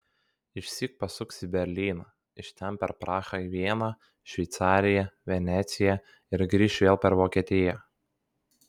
išsyk pasuks į berlyną iš ten per prahą į vieną šveicariją veneciją ir grįš vėl per vokietiją